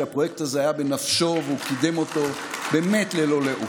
שהפרויקט הזה היה בנפשו והוא קידם אותו באמת ללא לאות.